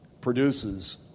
produces